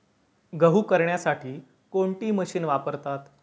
गहू करण्यासाठी कोणती मशीन वापरतात?